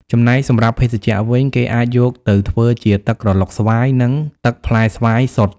ចំណែកសម្រាប់ភេសជ្ជៈវិញ គេអាចយកទៅធ្វើជា ទឹកក្រឡុកស្វាយ និង ទឹកផ្លែស្វាយសុទ្ធ។